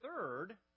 third